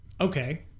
Okay